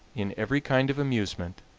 in every kind of amusement,